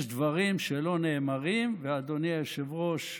יש דברים שלא נאמרים, ואדוני היושב-ראש,